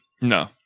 No